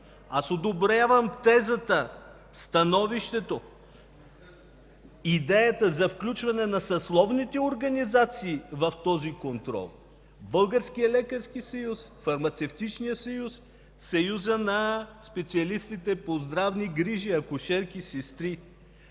Аз одобрявам тезата, становището, идеята за включване на съсловните организации в този контрол – Българския лекарски съюз, Фармацевтичния съюз, Съюза на специалистите по здравни грижи – акушерки, сестри,